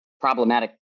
problematic